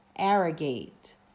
Arrogate